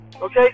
Okay